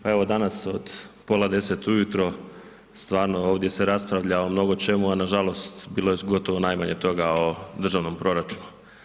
Pa evo danas od pola deset ujutro stvarno ovdje se raspravlja o mnogo čemu, a nažalost bilo je gotovo najmanje toga o državnom proračunu.